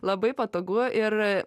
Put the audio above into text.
labai patogu ir